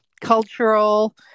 cultural